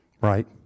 Right